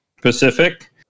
Pacific